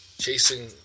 chasing